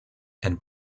and